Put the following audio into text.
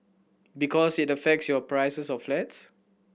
because it affects your prices of flats